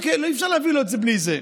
אי-אפשר להביא לו את זה בלי זה.